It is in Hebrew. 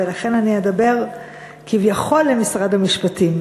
ולכן אני אדבר כביכול למשרד המשפטים,